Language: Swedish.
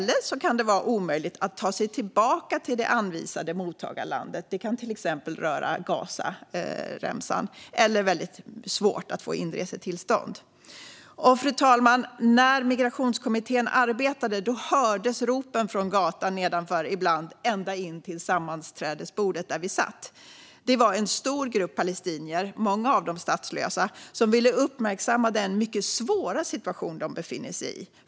Det kan också vara omöjligt att ta sig tillbaka till eller väldigt svårt att få inresetillstånd till det anvisade mottagarlandet, till exempel Gazaremsan. Fru talman! När Migrationskommittén arbetade hördes ibland ropen från gatan nedanför ända in till sammanträdesbordet där vi satt. Det var en stor grupp palestinier, många av dem statslösa, som ville uppmärksamma den mycket svåra situation de befinner sig i.